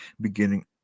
beginning